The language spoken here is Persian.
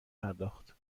پرداخت